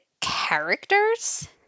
characters